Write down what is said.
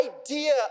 idea